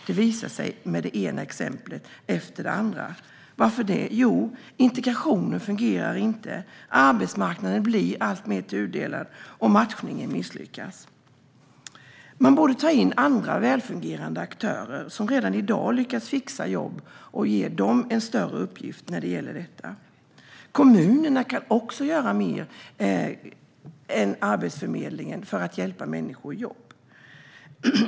Det visar det ena exempel efter det andra. Varför? Jo, integrationen fungerar inte, arbetsmarknaden blir alltmer tudelad och matchningen misslyckas. Man borde ta in andra välfungerande aktörer, som redan i dag lyckas fixa jobb, och ge dem en större uppgift när det gäller detta. Kommunerna kan också göra mer än Arbetsförmedlingen för att hjälpa människor i jobb.